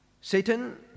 Satan